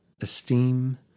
esteem